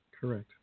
correct